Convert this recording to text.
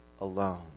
alone